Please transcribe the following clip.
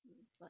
what